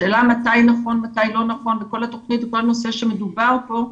השאלה מתי נכון ומתי לא נכון וכל הנושא שמדובר פה.